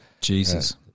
Jesus